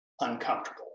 uncomfortable